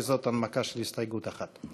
כי זאת הנמקה של הסתייגות אחת.